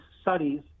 studies